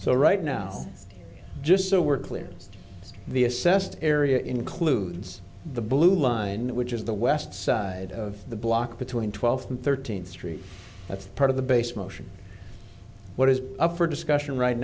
so right now just so we're clear the assessed area includes the blue line which is the west side of the block between twelfth and thirteenth street that's part of the base motion what is up for discussion right